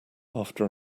after